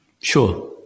Sure